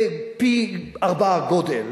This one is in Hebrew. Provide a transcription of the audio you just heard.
פי-ארבעה גודל,